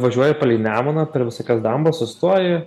važiuoja palei nemuną per visokias dambas sustoji